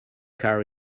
car